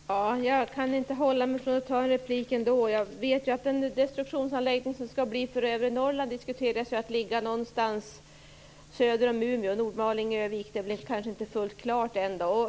Herr talman! Jag kan inte avhålla mig från att ta replik. Jag vet att man diskuterar att destruktionsanläggningen för övre Norrland skall ligga någonstans söder om Umeå. Det är kanske inte helt klart om den skall ligga i Nordmaling eller i